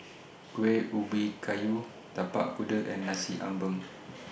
Kueh Ubi Kayu Tapak Kuda and Nasi Ambeng